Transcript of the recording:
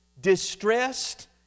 Distressed